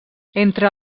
entre